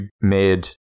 made